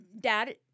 dad